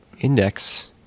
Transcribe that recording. Index